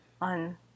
on